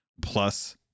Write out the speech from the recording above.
plus